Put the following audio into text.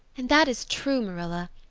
and that is true, marilla.